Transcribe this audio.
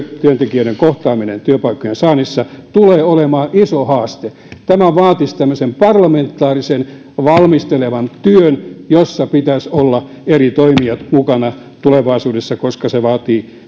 työntekijöiden kohtaaminen työpaikkojen saannissa tulee olemaan iso haaste tämä vaatisi tämmöisen parlamentaarisen valmistelevan työn jossa pitäisi olla eri toimijoiden mukana tulevaisuudessa koska se vaatii